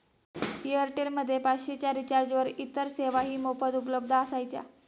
Airtel मध्ये पाचशे च्या रिचार्जवर इतर सेवाही मोफत उपलब्ध असायच्या